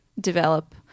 develop